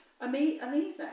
amazing